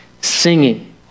singing